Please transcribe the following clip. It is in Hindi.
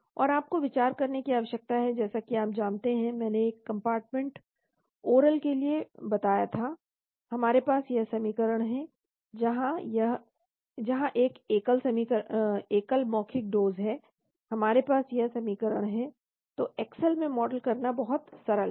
और आप को विचार करने की आवश्यकता है जैसा कि आप जानते हैं मैंने एक कम्पार्टमेंट ओरल के लिए बताया था हमारे पास यह समीकरण है जहां एक एकल मौखिक डोज़ है हमारे पास यह समीकरण है तो एक्सेल में मॉडल करना बहुत सरल है